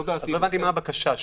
לא הבנתי מה הבקשה.